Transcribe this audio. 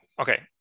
Okay